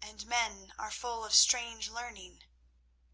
and men are full of strange learning